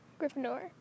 Gryffindor